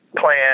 plan